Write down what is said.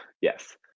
yes